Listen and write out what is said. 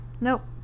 Nope